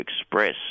express